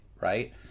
right